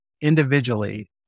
individually